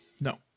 No